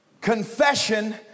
Confession